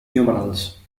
numerals